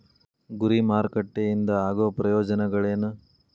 ಗುರಿ ಮಾರಕಟ್ಟೆ ಇಂದ ಆಗೋ ಪ್ರಯೋಜನಗಳೇನ